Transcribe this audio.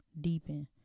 deepen